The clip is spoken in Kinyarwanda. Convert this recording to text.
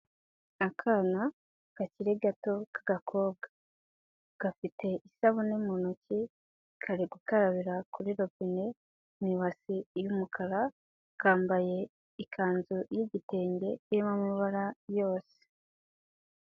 Akana gakiri gato k'agakobwa, gafite isabune mu ntoki kari gukarabira kuri robine mu ibasi y'umukara, kambaye ikanzu y'igitenge irimo amabara yose.